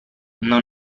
non